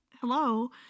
Hello